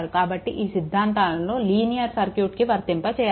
కాబట్టి ఈ సిద్ధాంతాలను లీనియర్ సర్క్యూట్కి వర్తింప చేయాలి